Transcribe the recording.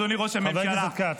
אדוני ראש הממשלה --- חבר הכנסת כץ.